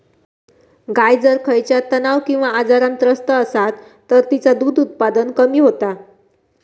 गाय जर खयच्या तणाव किंवा आजारान त्रस्त असात तर तिचा दुध उत्पादन कमी होता